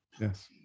Yes